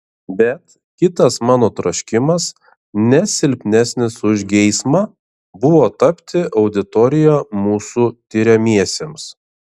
bet kitas mano troškimas ne silpnesnis už geismą buvo tapti auditorija mūsų tiriamiesiems